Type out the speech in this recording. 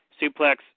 suplex